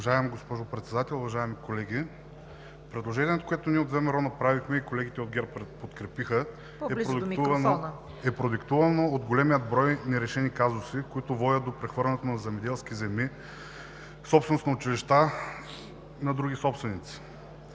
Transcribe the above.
Уважаема госпожо Председател, уважаеми колеги! Предложението, което ние от ВМРО направихме и което от ГЕРБ подкрепиха, е продиктувано от големия брой нерешени казуси, които водят до прехвърлянето на земеделски земи – собственост на училища и на други собственици.